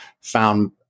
found